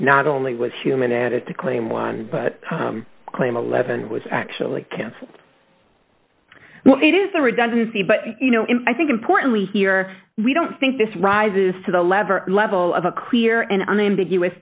not only was human added to claim one but claim eleven was actually cancelled it is the redundancy but you know i think importantly here we don't think this rises to the lever level of a clear and unambiguous